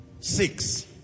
Six